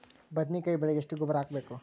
ಬದ್ನಿಕಾಯಿ ಬೆಳಿಗೆ ಎಷ್ಟ ಗೊಬ್ಬರ ಹಾಕ್ಬೇಕು?